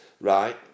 right